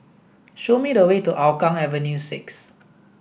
show me the way to Hougang Avenue six